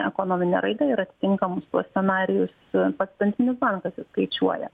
ekonominę raidą ir atitinkamus scenarijus pats centrinis bankas jis skaičiuoja